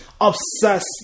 obsessed